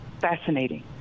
fascinating